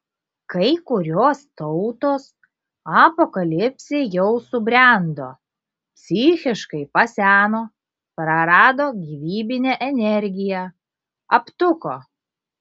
kai kurios tautos apokalipsei jau subrendo psichiškai paseno prarado gyvybinę energiją aptuko